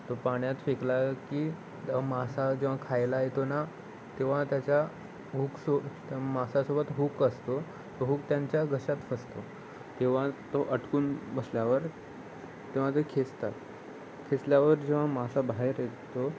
तो पाण्यात फेकला की मासा जेव्हा खायला येतो ना तेव्हा त्याच्या हुकसो त्या मासासोबत हुक असतो हुक त्यांच्या घशात फसतो तेव्हा तो अटकून बसल्यावर तेव्हा ते खेचतात खेचल्यावर जेव्हा मासा बाहेर येतो